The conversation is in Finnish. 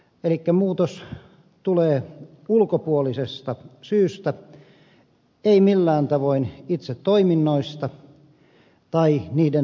elikkä muutos tulee ulkopuolisesta syystä ei millään tavoin itse toiminnoista tai niiden tarpeista